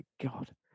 God